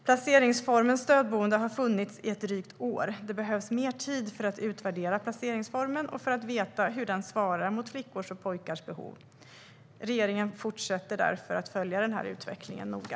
Placeringsformen stödboende har funnits i ett drygt år. Det behövs mer tid för att utvärdera placeringsformen och för att veta hur den svarar mot flickors och pojkars behov. Regeringen fortsätter därför att följa denna utveckling noga.